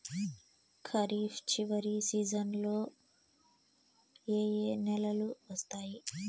ఖరీఫ్ చివరి సీజన్లలో ఏ ఏ నెలలు వస్తాయి